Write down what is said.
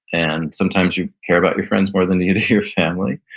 and sometimes you care about your friends more than you you do your family.